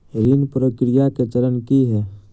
ऋण प्रक्रिया केँ चरण की है?